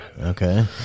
Okay